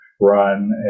run